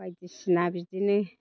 बायदिसिना बिदिनो